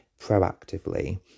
proactively